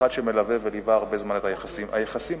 כאחד שמלווה וליווה הרבה זמן את היחסים: היחסים